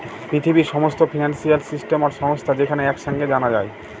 পৃথিবীর সমস্ত financial system আর সংস্থা যেখানে এক সাঙে জানা যায়